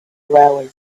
railway